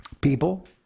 People